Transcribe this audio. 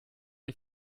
die